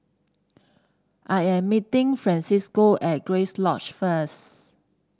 I am meeting Francisco at Grace Lodge first